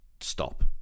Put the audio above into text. stop